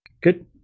Good